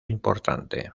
importante